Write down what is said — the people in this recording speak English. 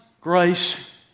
grace